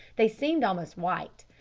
they seemed almost white.